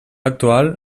actual